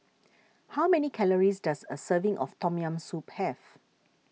how many calories does a serving of Tom Yam Soup have